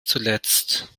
zuletzt